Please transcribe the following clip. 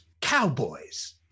cowboys